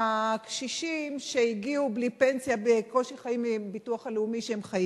הקשישים שהגיעו בלי פנסיה ובקושי חיים מהביטוח הלאומי שלהם.